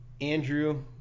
Andrew